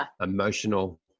emotional